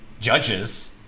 judges